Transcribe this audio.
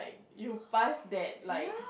you past that like